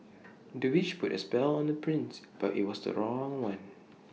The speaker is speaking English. the witch put A spell on the prince but IT was the wrong one